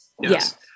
Yes